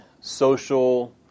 social